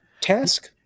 task